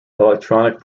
electronic